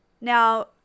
Now